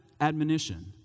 admonition